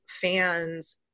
fans